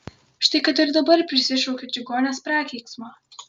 štai kad ir dabar prisišaukiu čigonės prakeiksmą